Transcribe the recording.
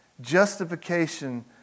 Justification